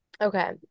Okay